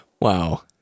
wow